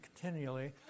continually